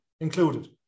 included